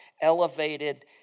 elevated